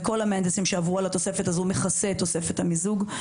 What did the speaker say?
כל המהנדסים שעברו על התוספת הזאת אמרו שזה מכסה את תוספת המיזוג.